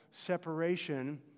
separation